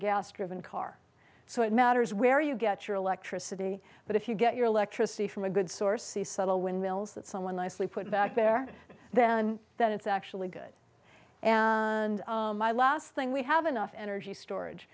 and car so it matters where you get your electricity but if you get your electricity from a good source the subtle windmills that someone nicely put back there then that it's actually good and my last thing we have enough energy storage